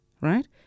Right